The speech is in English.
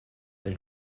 and